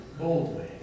boldly